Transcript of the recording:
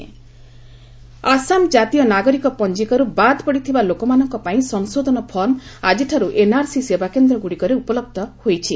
Assam NRC Assam ଜାତୀୟ ନାଗରିକ ପଞ୍ଜିକାରୁ ବାଦ୍ ପଡ଼ିଥିବା ଲୋକମାନଙ୍କପାଇଁ ସଂଶୋଧନ ଫର୍ମ ଆଜିଠାରୁ ଏନ୍ଆର୍ସି ସେବାକେନ୍ଦ୍ରଗୁଡ଼ିକରେ ଉପଲନ୍ଧ ହୋଇଛି